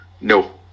No